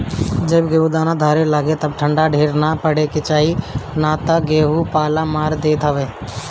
जब गेहूँ दाना धरे लागे तब ठंडा ढेर ना पड़े के चाही ना तऽ गेंहू पाला मार देत हवे